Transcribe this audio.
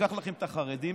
ניקח לכם את החרדים,